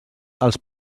els